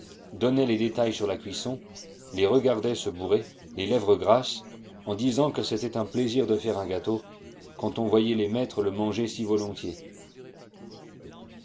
donnaient des détails sur la cuisson les regardaient se bourrer les lèvres grasses en disant que c'était un plaisir de faire un gâteau quand on voyait les maîtres le manger si volontiers